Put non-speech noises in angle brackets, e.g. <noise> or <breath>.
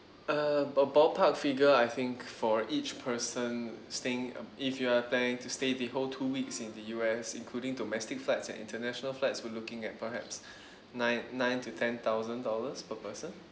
uh a ballpark figure I think for each person staying if you are planning to stay the whole two weeks in the U_S including domestic flights and international flights we're looking at perhaps <breath> nine nine to ten thousand dollars per person